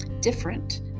different